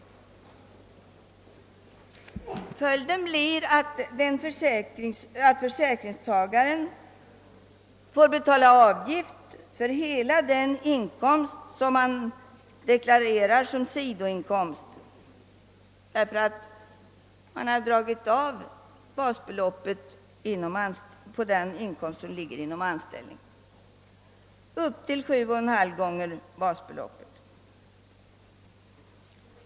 Följden blir att försäkringstagaren får betala avgift för hela den inkomst som han deklarerar som sidoinkomst, ty man har dragit av basbeloppet på den inkomst som ligger inom anställningen upp till 7,5 gånger basbeloppet.